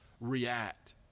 react